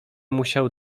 musiał